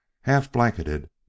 half-blanketed